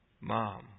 mom